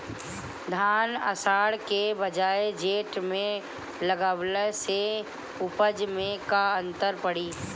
धान आषाढ़ के बजाय जेठ में लगावले से उपज में का अन्तर पड़ी?